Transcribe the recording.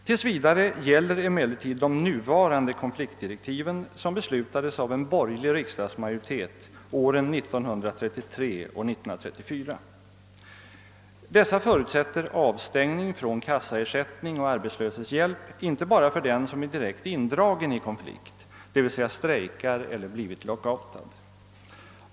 Tills vidare gäller emellertid de gamla konfliktdirektiven som beslutades av en borgerlig riksdagsmajoritet åren 1933 och 1934. Dessa förutsätter avstängning från kassaersättning och arbetslöshetshjälp inte bara för den som är direkt indragen i konflikt, d.v.s. strejkar eller blivit utsatt för lockout.